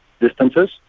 distances